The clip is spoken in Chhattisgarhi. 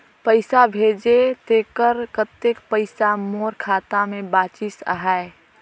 पइसा भेजे तेकर कतेक पइसा मोर खाता मे बाचिस आहाय?